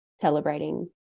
celebrating